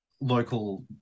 local